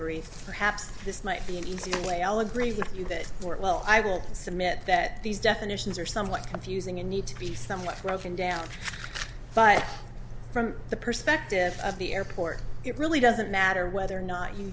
this might be an easy way i'll agree with you that well i will submit that these definitions are somewhat confusing and need to be somewhat broken down but from the perspective of the airport it really doesn't matter whether or not you